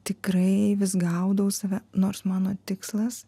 tikrai vis gaudau save nors mano tikslas